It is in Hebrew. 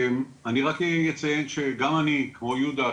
אני רק יציין שגם אני כמו יהודה,